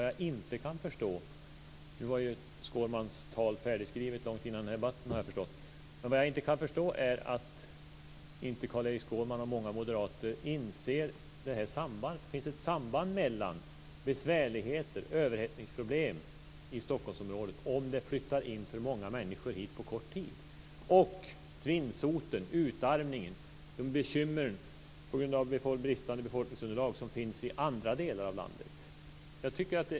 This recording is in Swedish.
Jag har förstått att Skårmans tal var färdigskrivet långt innan denna debatt, men vad jag inte kan förstå är att Carl-Erik Skårman och många moderater inte inser att det finns ett samband mellan besvärligheter och överhettningsproblem i Stockholmsområdet när det flyttar hit för många människor på kort tid och den tvinsot och utarmning och de bekymmer på grund av bristande befolkningsunderlag som finns i andra delar av landet.